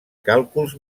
càlculs